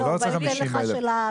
אני לא רוצה 50 אלף,